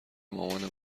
مامانه